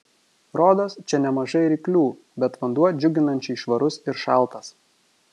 rodos čia nemažai ryklių bet vanduo džiuginančiai švarus ir šaltas